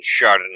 Chardonnay